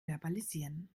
verbalisieren